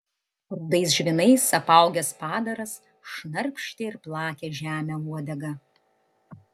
rudais žvynais apaugęs padaras šnarpštė ir plakė žemę uodega